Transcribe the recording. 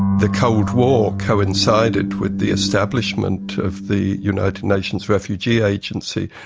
the cold war coincided with the establishment of the united nations refugee agency,